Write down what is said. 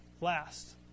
last